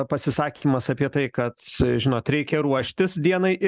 pasisakymas apie tai kad žinot reikia ruoštis dienai